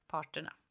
Parterna